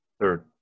Third